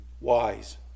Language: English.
wise